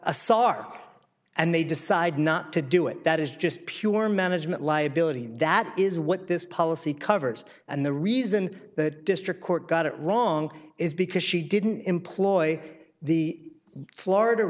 asar and they decide not to do it that is just pure management liability that is what this policy covers and the reason that district court got it wrong is because she didn't employ the florida